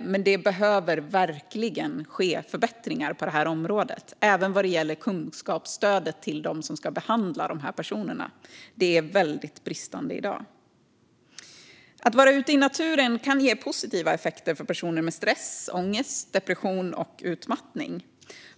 men det behöver verkligen ske förbättringar på detta område, även när det gäller kunskapsstödet till dem som ska behandla dessa personer. Här finns i dag stora brister. Att vara ute i naturen ka ge positiva effekter för personer med stress, ångest, depression och utmattning.